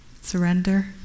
surrender